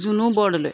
Junu Bordoloi